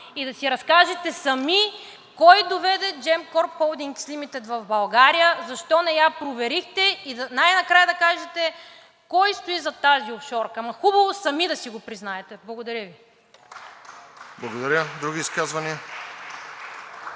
и да си разкажете сами кой доведе Gemcorp Holdings Limited в България, защо не я проверихте и най-накрая да кажете кой стои зад тази офшорка? Ама е хубаво сами да си го признаете. Благодаря Ви. (Ръкопляскания